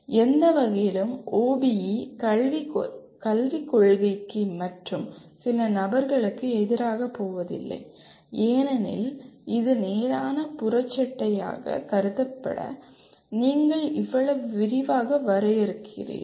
எந்த வகையிலும் OBE கல்வி கொள்கைக்கு மற்றும் சில நபர்களுக்கு எதிராகப் போவதில்லை ஏனெனில் இது நேரான புறச்சட்டையாகக் கருதப்பட நீங்கள் இவ்வளவு விரிவாக வரையறுக்கிறீர்கள்